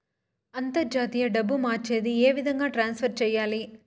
అంతర్జాతీయ డబ్బు మార్చేది? ఏ విధంగా ట్రాన్స్ఫర్ సేయాలి?